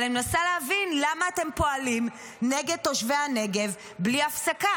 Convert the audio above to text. אבל אני מנסה להבין למה אתם פועלים נגד תושבי הנגב בלי הפסקה.